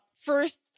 first